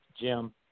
Jim